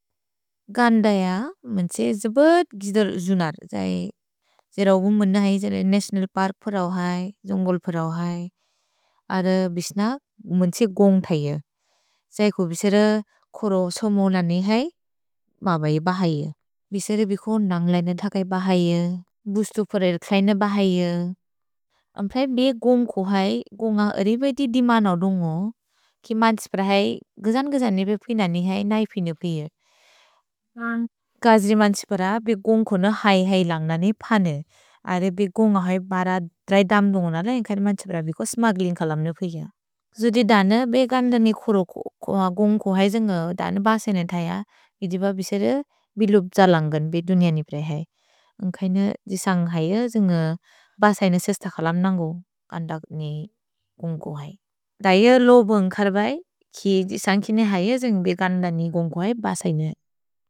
गन्दैअ मन् त्से जिबत् गिज्दर् जुनर् त्सेइ। त्से रौगुन् मेनहै त्सेले नतिओनल् पर्क् प्रौ है, जोन्गोल् प्रौ है। अर बिश्नक् मन् त्से गोन्ग् थैअ। त्सेइ को बिशर कोरो सोमो ननै है, बबये बहय। भिशर बिको नन्ग् लैन थकै बहय। भुस्तु परेर् क्लैन बहय। अम् प्रए बे गोन्ग् को है, गोन्ग अरेबेइति दिमनौ दुन्गो। कि मन्स् प्रए है, गिजन् गिजनिपे पिन ननि है, नै पिन पिअ। नन्ग् गज्रि मन् त्से प्रा, बे गोन्ग् कोन है है लन्ग् ननि पने। अरेबे बे गोन्ग् अहोइ बर द्रै दम् दुन्गो नन, नन्ग् कैन मन् त्से प्रा बिको स्मग्लिन्ग् कलम् नु पिअ। जुदि दन बे गन्द नि कोरो गोन्ग् को है, जोन्गोल् दन बसेन थैअ। गिजिब बिशर बिलुप् त्स लन्गन् बे दुनिअ नि प्रए है। नन्ग् कैन गिजन्ग् है, जोन्गोल् बसेन सेस्त कलम् नन्गु गन्द नि गोन्ग् को है। दैअ लो बोन्ग् खर्बै, कि जिसन्ग् किनै है, जोन्ग् बे गन्द नि गोन्ग् को है बसेन।